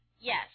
Yes